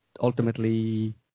ultimately